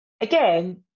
Again